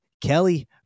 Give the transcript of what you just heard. Kelly